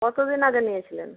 কত দিন আগে নিয়েছিলেন